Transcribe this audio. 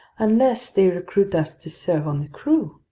unless they recruit us to serve on the crew,